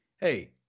Hey